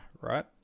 right